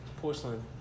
porcelain